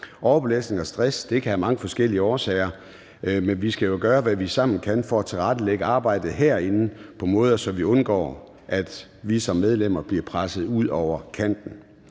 Overbelastning og stress kan have mange forskellige årsager, men vi skal jo gøre, hvad vi sammen kan for at tilrettelægge arbejdet herinde på måder, så vi undgår, at vi som medlemmer bliver presset ud over kanten.